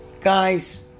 guys